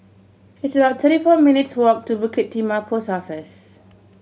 it's about thirty four minutes' walk to Bukit Timah Post Office